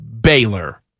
Baylor